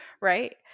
Right